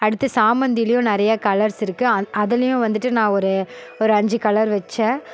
அடுத்து சாமந்திலேயும் நிறைய கலர்ஸ் இருக்குது அ அதுலேயும் வந்துட்டு நான் ஒரு ஒரு அஞ்சு கலர் வச்சேன்